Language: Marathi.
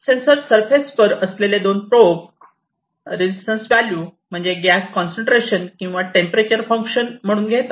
सेंसर सरफेस वर असलेले दोन प्रोब रेजिस्टन्स व्हॅल्यू म्हणजे गॅस कॉन्सन्ट्रेशन किंवा टेंपरेचर फंक्शन म्हणून घेतात